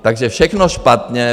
Takže všechno špatně.